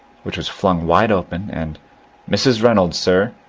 which was flung wide open and mrs, reynolds, sir,